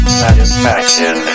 satisfaction